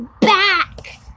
back